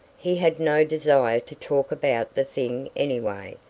he had no desire to talk about the thing anyway,